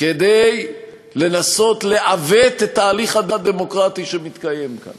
כדי לנסות לעוות את ההליך הדמוקרטי שמתקיים כאן